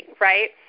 right